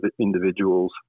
individuals